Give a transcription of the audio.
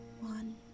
One